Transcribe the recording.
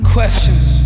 Questions